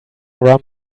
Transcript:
rum